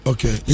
Okay